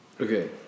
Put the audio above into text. Okay